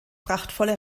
prachtvolle